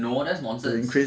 no that's nonsense